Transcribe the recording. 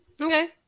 okay